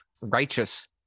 righteous